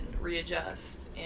readjust